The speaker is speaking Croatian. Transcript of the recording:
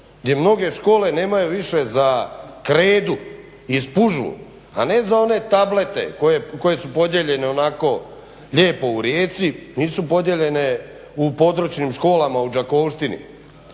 gdje mnoge škole nemaju više za kredu i spužvu a ne za one tablete koji su podijeljeni onako lijepo u Rijeci, nisu podijeljeni u područnim školama u Đakovštini.